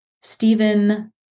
Stephen